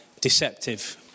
deceptive